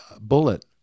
bullet